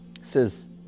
says